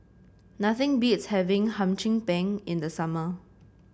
nothing beats having Hum Chim Peng in the summer